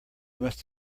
must